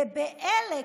ובאלה,